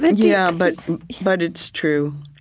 and yeah but but it's true.